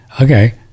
okay